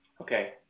Okay